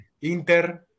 Inter